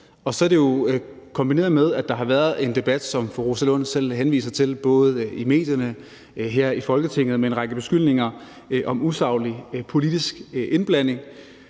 Og så er det jo kombineret med, at der har været en debat, som fru Rosa Lund selv henviser til – både i medierne og her i Folketinget – med en række beskyldninger om usaglig politisk indblanding.